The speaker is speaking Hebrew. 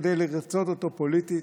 כדי לרצות אותו פוליטית,